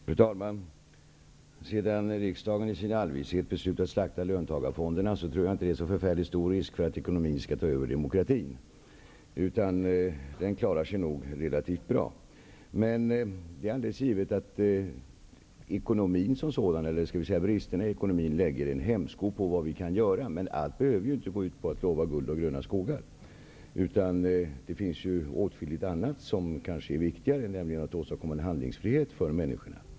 Fru talman! Sedan riksdagen i sin allvishet beslutat att slakta löntagarfonderna tror jag inte att det är så förfärligt stor risk för att ekonomin skall ta över demokratin. Den klarar sig nog relativt bra. Men det är alldeles givet att ekonomin som sådan, eller skall vi säga bristerna i ekonomin, lägger en hämsko på vad vi kan göra. Men allt behöver ju inte gå ut på att lova guld och gröna skogar. Det finns åtskilligt annat som kanske är viktigare, nämligen att åstadkomma en handlingsfrihet för människorna.